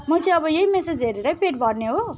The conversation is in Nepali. म चाहिँ अब यही म्यासेज हेरेरै पेट भर्ने हो